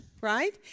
right